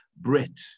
Brit